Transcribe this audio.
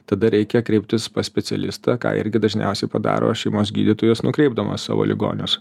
tada reikia kreiptis pas specialistą ką irgi dažniausiai padaro šeimos gydytojas nukreipdamas savo ligonius